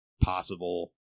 possible